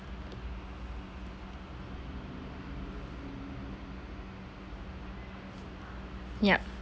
yup